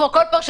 כמו בכל פרשנות,